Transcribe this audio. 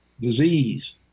disease